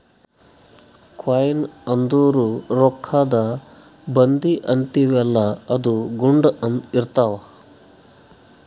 coin ಅಂದುರ್ ರೊಕ್ಕಾದು ಬಂದಿ ಅಂತೀವಿಯಲ್ಲ ಅದು ಗುಂಡ್ ಇರ್ತಾವ್